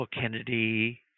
Kennedy